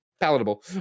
palatable